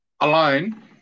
alone